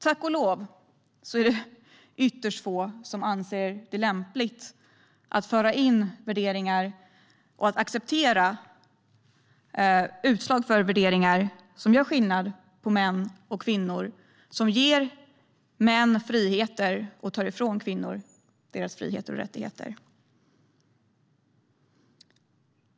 Tack och lov är det ytterst få som anser det lämpligt att föra in värderingar och att acceptera utslag av värderingar som gör skillnad på män och kvinnor och som ger män friheter och tar ifrån kvinnor deras friheter och rättigheter.